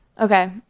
okay